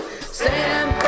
Sam